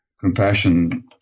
Compassion